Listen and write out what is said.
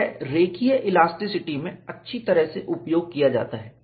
यह रेखीय इलास्टिसिटी में अच्छी तरह से उपयोग किया जाता है